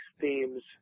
themes